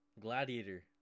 gladiator